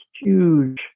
huge